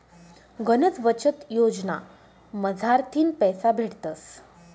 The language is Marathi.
गनच बचत योजना मझारथीन पैसा भेटतस